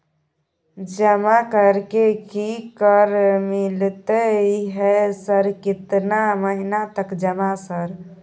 जमा कर के की कर मिलते है सर केतना महीना तक जमा सर?